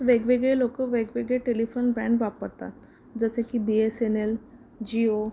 वेगवेगळे लोक वेगवेगळे टेलिफोन ब्रँड वापरतात जसे की B S N L Jio